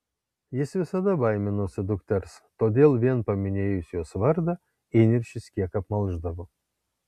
jis visada baiminosi dukters todėl vien paminėjus jos vardą įniršis kiek apmalšdavo